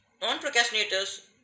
Non-procrastinators